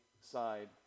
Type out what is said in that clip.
side